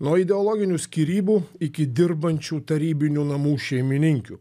nuo ideologinių skyrybų iki dirbančių tarybinių namų šeimininkių